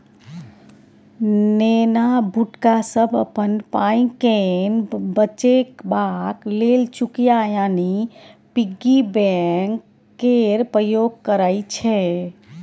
नेना भुटका सब अपन पाइकेँ बचेबाक लेल चुकिया यानी पिग्गी बैंक केर प्रयोग करय छै